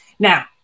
Now